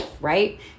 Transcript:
Right